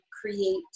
create